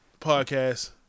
podcast